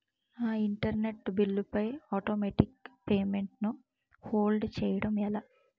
నా internet bill పై automatic payment ను హోల్డ్ చేయటం ఎలా?